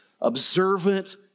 observant